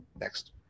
next